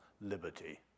liberty